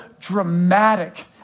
dramatic